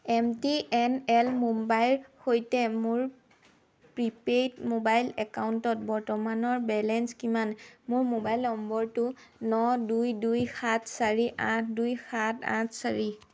M T N L মুম্বাইৰ সৈতে মোৰ প্ৰিপেইড মোবাইল একাউণ্টত বৰ্তমানৰ বেলেঞ্চ কিমান মোৰ মোবাইল নম্বৰটো ন দুই দুই সাত চাৰি আঠ দুই সাত আঠ চাৰি